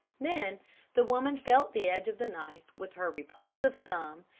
then the woman felt the edge of the knife with her repulsive thumb,